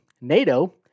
NATO